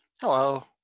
Hello